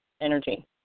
energy